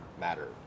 matter